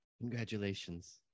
Congratulations